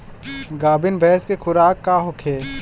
गाभिन भैंस के खुराक का होखे?